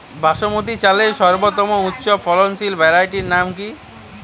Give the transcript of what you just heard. বাসমতী চালের সর্বোত্তম উচ্চ ফলনশীল ভ্যারাইটির নাম কি?